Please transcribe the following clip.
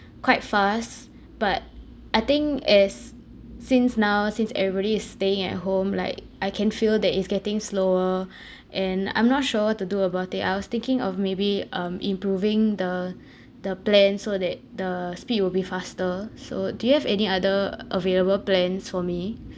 quite fast but I think as since now since everybody is staying at home like I can feel that it's getting slower and I'm not sure what to do about it I was thinking of maybe um improving the the plan so that the speed will be faster so do you have any other available plans for me